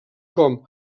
com